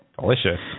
Delicious